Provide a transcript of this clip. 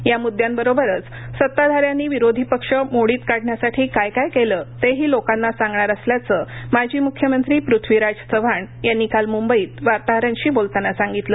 या म्द्यांबरोबरच सताधाऱ्यांनी विरोधी पक्ष मोडित काढण्यासाठी काय काय केलं ते ही लोकांना सांगणार असल्याचं माजी म्ख्यमंत्री पृथ्वीराज चव्हाण काल म्ंबईत वार्ताहरांशी बोलताना म्हणाले